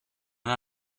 n’a